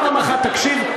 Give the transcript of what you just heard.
פעם אחת תקשיב.